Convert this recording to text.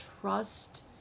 trust